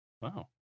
wow